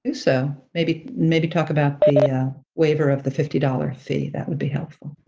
so, maybe maybe talk about and the ah waiver of the fifty dollars fee, that would be helpful.